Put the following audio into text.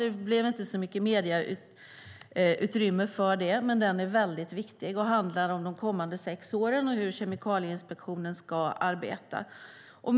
Den fick inte så mycket medieutrymme, men den är väldigt viktig och handlar om de kommande sex åren och hur Kemikalieinspektionen ska arbeta.